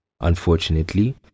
Unfortunately